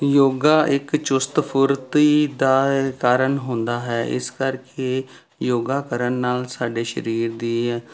ਯੋਗਾ ਇੱਕ ਚੁਸਤ ਫੁਰਤੀ ਦਾ ਕਾਰਨ ਹੁੰਦਾ ਹੈ ਇਸ ਕਰਕੇ ਯੋਗਾ ਕਰਨ ਨਾਲ ਸਾਡੇ ਸਰੀਰ ਦੀ